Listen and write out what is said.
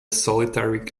solitary